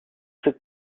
cette